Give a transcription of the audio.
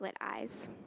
eyes